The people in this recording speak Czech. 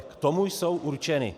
K tomu jsou určeny.